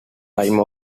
time